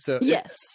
Yes